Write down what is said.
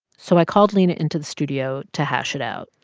so i called lina into the studio to hash it out.